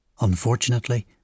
Unfortunately